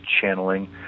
channeling